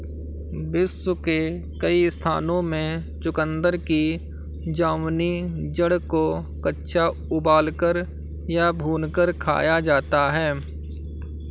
विश्व के कई स्थानों में चुकंदर की जामुनी जड़ को कच्चा उबालकर या भूनकर खाया जाता है